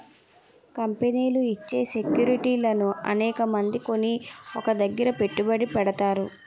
కంపెనీలు ఇచ్చే సెక్యూరిటీలను అనేకమంది కొని ఒక దగ్గర పెట్టుబడి పెడతారు